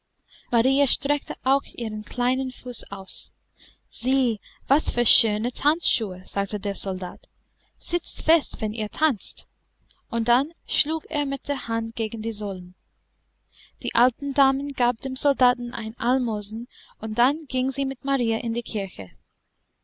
marie streckte auch ihren kleinen fuß aus sieh was für schöne tanzschuhe sagte der soldat sitzt fest wenn ihr tanzt und dann schlug er mit der hand gegen die sohlen die alte dame gab dem soldaten ein almosen und dann ging sie mit marie in die kirche